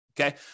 okay